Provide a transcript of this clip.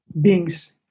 beings